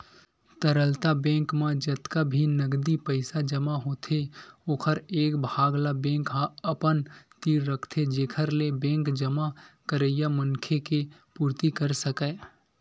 तरलता बेंक म जतका भी नगदी पइसा जमा होथे ओखर एक भाग ल बेंक ह अपन तीर रखथे जेखर ले बेंक जमा करइया मनखे के पुरती कर सकय